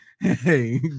hey